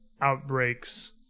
outbreaks